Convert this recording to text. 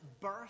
birth